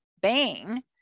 bang